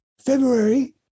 February